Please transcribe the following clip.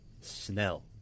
Snell